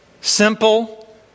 simple